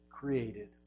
created